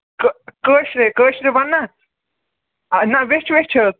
کٲ کٲشرے کٲشرِ بَنہٕ نا آ نہَ وٮ۪چھِ وٮ۪چھِ حظ